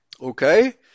Okay